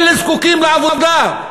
אלה זקוקים לעבודה.